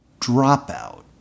dropout